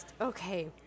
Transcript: Okay